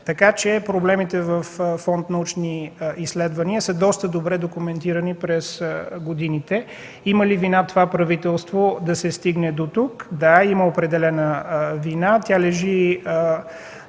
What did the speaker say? така че проблемите във Фонд „Научни изследвания” са доста добре документирани през годините. Има ли вина това правителство да се стигне дотук? Да, има определена вина. Тя лежи